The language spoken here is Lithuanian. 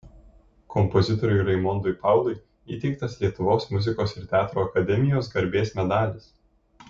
kompozitoriui raimondui paului įteiktas lietuvos muzikos ir teatro akademijos garbės medalis